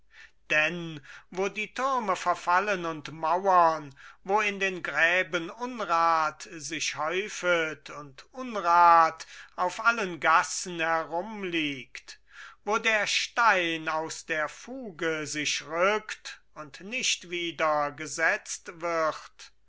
denn wo die türme verfallen und mauern wo in den gräben unrat sich häufet und unrat auf allen gassen herumliegt wo der stein aus der fuge sich rückt und nicht wieder gesetzt wird